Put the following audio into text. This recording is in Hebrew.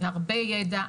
הרבה ידע,